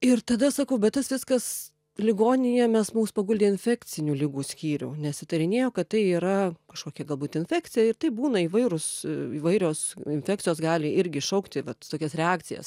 ir tada sakau bet tas viskas ligonėje mes mus paguldė į infekcinių ligų skyrių nes įtarinėjo kad tai yra kažkokia galbūt infekcija ir tai būna įvairūs įvairios infekcijos gali irgi iššaukti vat tokias reakcijas